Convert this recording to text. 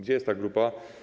Gdzie jest ta grupa?